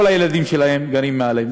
כל הילדים שלהם גרים מעליהם.